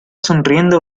sonriendo